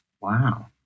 Wow